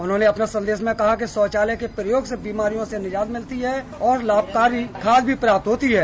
उन्होंने अपने संदेश में कहा कि शौचालय के प्रयोग से बीमारियों से निजात मिलती है और लाभकारी खाद भी प्राप्त होती है